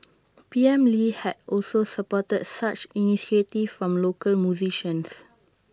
P M lee had also supported such initiatives from local musicians